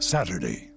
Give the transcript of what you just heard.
Saturday